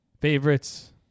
favorites